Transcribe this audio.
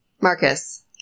Marcus